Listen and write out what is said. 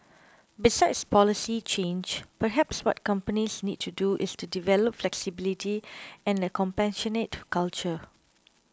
besides policy change perhaps what companies need to do is to develop flexibility and a compassionate culture